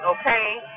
okay